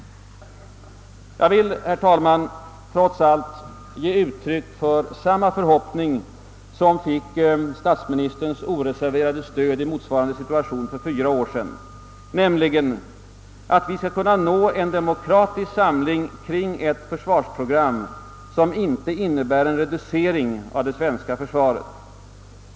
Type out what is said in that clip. Trots allt vill jag ändå ge uttryck för samma förhoppning som fick statsministerns oreserverade stöd i motsvarande situation för fyra år sedan, nämligen att vi skall kunna nå en demokratisk samling kring ett försvarsprogram, som inte innebär en reducering av det svenska försvaret.